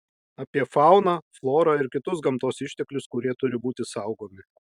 apie fauną florą ir kitus gamtos išteklius kurie turi būti saugomi